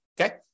okay